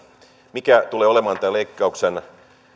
mikä tulee olemaan tämän leikkauksen